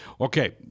Okay